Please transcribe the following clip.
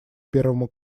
первому